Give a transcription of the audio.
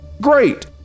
Great